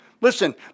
Listen